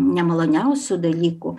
nemaloniausių dalykų